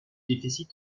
déficit